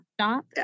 stop